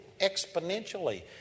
exponentially